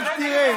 רק תראה,